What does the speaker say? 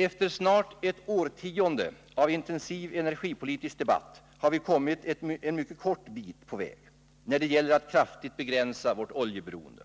Efter snart ett årtionde av intensiv energipolitisk debatt har vi kommit en mycket kort bit på vägen när det gäller att kraftigt begränsa vårt oljeberoende.